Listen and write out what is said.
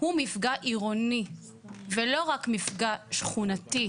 הוא מפגע עירוני ולא רק מפגע שכונתי,